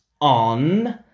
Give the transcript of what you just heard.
on